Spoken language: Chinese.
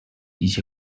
一些